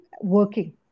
working